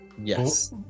Yes